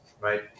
right